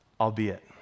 Albeit